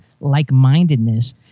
like-mindedness